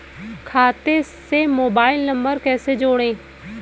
खाते से mobile number कैसे जोड़ें?